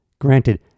granted